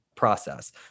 process